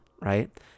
right